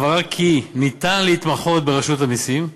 הבהרה כי ניתן להתמחות ברשות המסים,